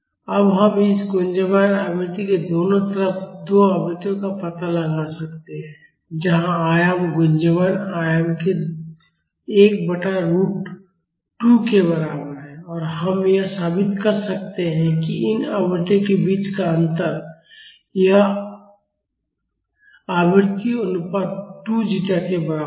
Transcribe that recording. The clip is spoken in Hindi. अब हम इस गुंजयमान आवृत्ति के दोनों तरफ दो आवृत्तियों का पता लगा सकते हैं जहां आयाम गुंजयमान आयाम के 1 बटा रूट 2 के बराबर है और हम यह साबित कर सकते हैं कि इन आवृत्तियों के बीच का अंतर यह आवृत्ति अनुपात 2 जीटा के बराबर है